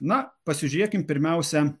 na pasižiūrėkim pirmiausia